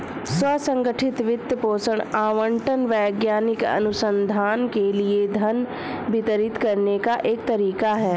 स्व संगठित वित्त पोषण आवंटन वैज्ञानिक अनुसंधान के लिए धन वितरित करने का एक तरीका हैं